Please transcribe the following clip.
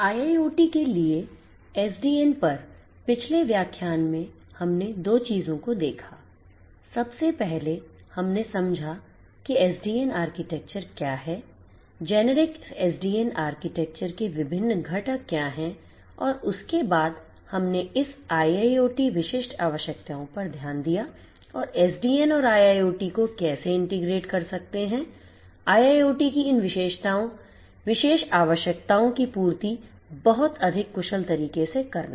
IIoT के लिए SDN पर पिछले व्याख्यान में हमने 2 चीजों को देखा सबसे पहले हमने समझा कि SDN आर्किटेक्चर क्या है जेनेरिक SDN आर्किटेक्चर के विभिन्न घटक क्या हैं और उसके बाद हमने इस IIoT विशिष्ट आवश्यकताओं पर ध्यान दिया और SDN और IIoT को कैसे Integrate कर सकते हैं IIoT की इन विशेष आवश्यकताओं की पूर्ति बहुत अधिक कुशल तरीके से करना